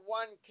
one